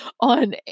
on